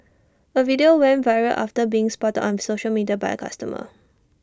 A video went viral after being sported on social media by A customer